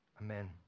Amen